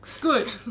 Good